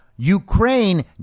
Ukraine